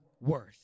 worth